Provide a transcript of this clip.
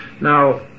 Now